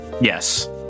yes